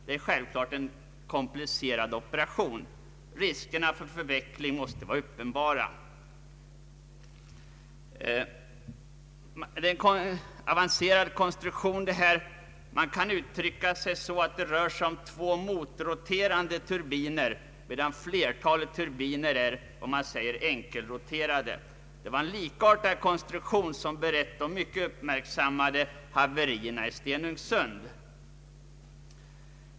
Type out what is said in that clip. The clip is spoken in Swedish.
Det är ju självklart en komplicerad operation; riskerna för förvecklingar är uppenbara. Det är en avancerad konstruktion, och man kan uttrycka det så att det rör sig om två motroterande turbiner, medan flertalet turbiner är enkelroterande. Det var en likartad konstruktion som beredde de mycket uppmärksammade haverierna i Stenungsund.